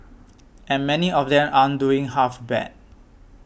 and many of them aren't doing half bad